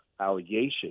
allegation